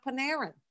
Panarin